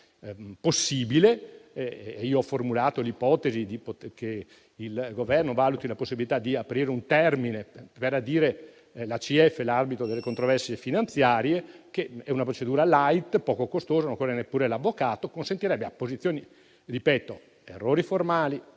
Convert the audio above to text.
possibile - e io ho formulato l'ipotesi che il Governo valuti tale possibilità - aprire un termine per adire l'arbitro delle controversie finanziarie, che è una procedura *light*, poco costosa, per cui non occorre neppure l'avvocato. Ciò consentirebbe a certe posizioni (ripeto: errori formali